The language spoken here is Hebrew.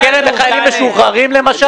בקרן לחיילים משוחררים למשל,